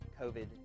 COVID